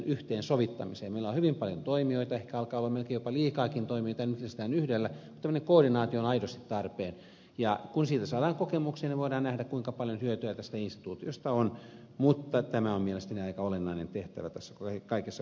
meillä on hyvin paljon toimijoita ehkä alkaa olla melkein jopa liikaakin toimijoita ja nyt lisätään yhdellä mutta tämmöinen koordinaatio on aidosti tarpeen ja kun siitä saadaan kokemuksia voidaan nähdä kuinka paljon hyötyä tästä instituutiosta on mutta tämä on mielestäni aika olennainen tehtävä tässä kaikessa kokonaisuudessa